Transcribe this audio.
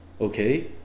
okay